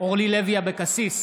אורלי לוי אבקסיס,